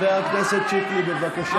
חבר הכנסת שיקלי, בבקשה.